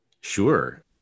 Sure